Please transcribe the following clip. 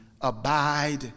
abide